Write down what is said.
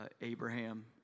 Abraham